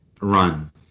run